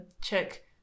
check